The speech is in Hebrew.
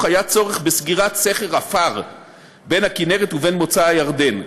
היה צורך בסגירת סכר עפר בין הכינרת ובין מוצא הירדן,